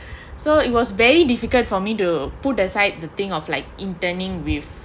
so it was very difficult for me to put aside the thing of like interning with